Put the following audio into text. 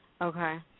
Okay